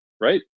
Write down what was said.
Right